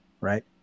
right